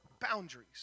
boundaries